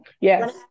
yes